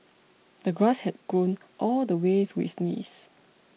the grass had grown all the way to his knees